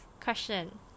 question